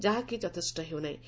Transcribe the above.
ଯାହାକି ଯଥେଷ୍ ହେଉନାହିଁ